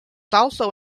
also